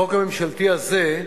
החוק הממשלתי הזה,